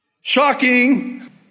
Shocking